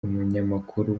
umunyamakuru